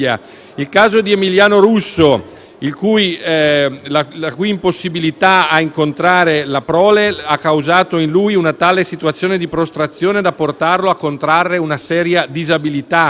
il caso di Emiliano Russo, la cui impossibilità a incontrare la prole gli ha causato una tale situazione di prostrazione da portarlo a contrarre una seria disabilità;